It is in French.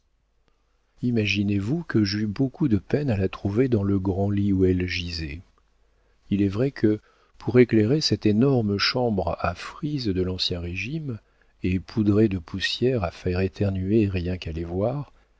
imaginez-vous que j'eus beaucoup de peine à la trouver dans le grand lit où elle gisait il est vrai que pour éclairer cette énorme chambre à frises de l'ancien régime et poudrées de poussière à faire éternuer rien qu'à les voir